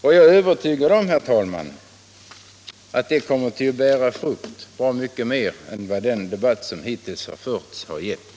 Och jag är övertygad om, herr talman, att det kommer att bära frukt i bra mycket större utsträckning än den hittills förda debatten.